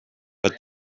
but